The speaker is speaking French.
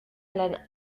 haleine